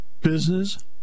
business